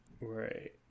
Right